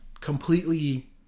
completely